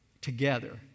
together